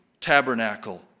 tabernacle